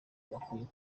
bakwiye